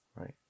Right